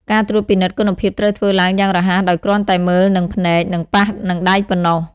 ការត្រួតពិនិត្យ គុណភាពត្រូវធ្វើឡើងយ៉ាងរហ័សដោយគ្រាន់តែមើលនឹងភ្នែក និងប៉ះនឹងដៃប៉ុណ្ណោះ។